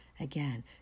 again